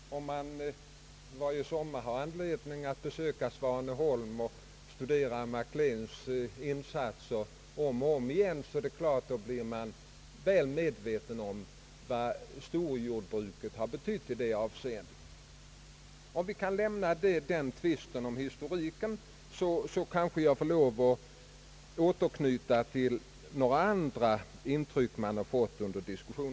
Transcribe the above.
Har man varje sommar anledning besöka Svaneholm och om och om igen studera Mac Leans insatser, är det klart att man blir väl medveten om vad storjordbruket har betytt i dessa avseenden. Om jag får lämna tvisten om historiken, kanske jag får lov att återknyta till några andra intryck som jag har fått under diskussionen.